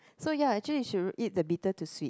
so ya actually you should eat the bitter to sweet